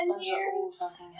years